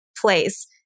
place